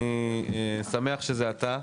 אני שמח שזה אתה.